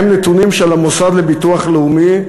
הם הנתונים של המוסד לביטוח לאומי,